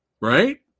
right